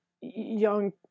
young